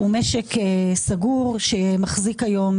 הוא משק סגור שמחזיק היום,